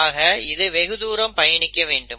ஆக இது வெகுதூரம் பயணிக்க வேண்டும்